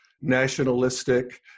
nationalistic